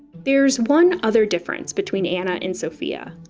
there's one other difference between anna and sofia.